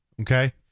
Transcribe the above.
Okay